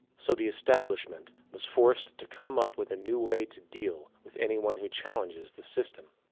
so the establishment was forced to come up with a new way to deal with anyone who challenges the system.